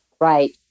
Right